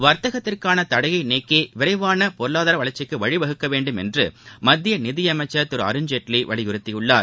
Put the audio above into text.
வர்த்தகத்திற்கான தடையை நீக்கி விரைவான பொருளாதார வளர்ச்சிக்கு வழிவகுக்க நிதியமைச்சர் திரு அருண்ஜேட்லி வலியுறுத்தியுள்ளார்